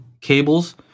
cables